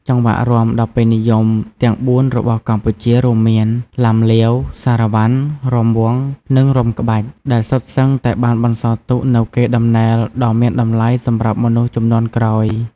ចង្វាក់រាំដ៏ពេញនិយមទាំងបួនរបស់កម្ពុជា រួមមាន ឡាំលាវ សារ៉ាវ៉ាន់ រាំវង់ និងរាំក្បាច់ ដែលសុទ្ធសឹងតែបានបន្សល់ទុកនូវកេរដំណែលដ៏មានតម្លៃសម្រាប់មនុស្សជំនាន់ក្រោយ។